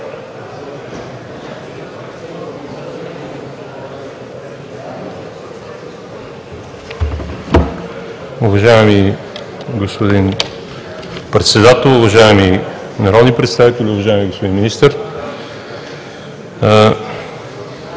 Уважаеми господин Председател, уважаеми народни представители, уважаеми господин Министър!